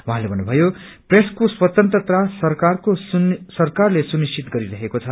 उहाँले भन्नुभयो प्रेसको स्वतंत्रता सरकारले सुनिश्चित गरिरहेको छ